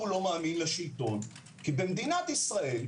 כי במדינת ישראל,